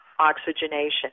oxygenation